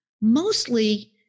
mostly